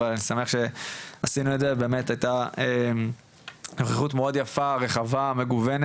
אבל אני שמח שעשינו את זה באמת הייתה נוכחות מאוד יפה רחבה מגוונת,